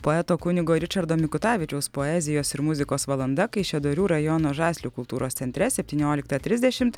poeto kunigo ričardo mikutavičiaus poezijos ir muzikos valanda kaišiadorių rajono žaslių kultūros centre septynioliktą trisdešimt